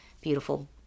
beautiful